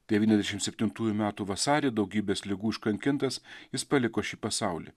devyniasdešim septintųjų metų vasarį daugybės ligų iškankintas jis paliko šį pasaulį